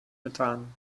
methan